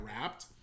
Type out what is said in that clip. wrapped